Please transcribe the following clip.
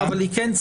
הן לפני דוח דורנר.